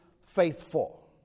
faithful